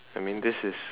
I mean this is